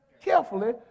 carefully